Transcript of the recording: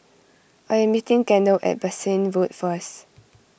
I am meeting Gaynell at Bassein Road first